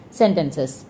sentences